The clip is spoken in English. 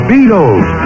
Beatles